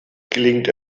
gelingt